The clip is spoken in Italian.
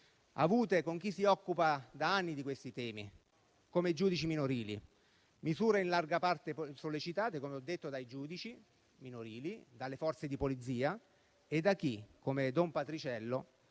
avute con chi si occupa da anni di questi temi, come i giudici minorili; sono misure in larga parte sollecitate, come ho appena detto, dai giudici minorili, dalle Forze di polizia e da chi, come don Patriciello,